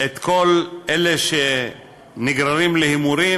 את כל אלה שנגררים להימורים,